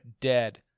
Dead